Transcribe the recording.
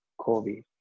COVID